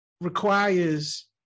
requires